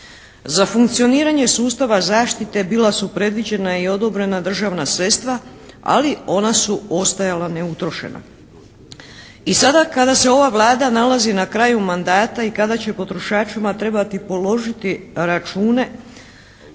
Za funkcioniranje sustava zaštite bila su predviđena i odobrena državna sredstva, ali ona su ostajala neutrošena. I sada kada se ova Vlada nalazi na kraju mandata i kada će potrošačima trebati položiti račune,